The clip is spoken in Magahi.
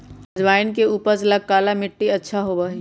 अजवाइन के उपज ला काला मट्टी अच्छा होबा हई